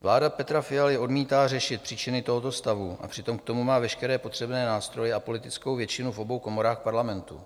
Vláda Petra Fialy odmítá řešit příčiny tohoto stavu, a přitom k tomu má veškeré potřebné nástroje a politickou většinu v obou komorách Parlamentu.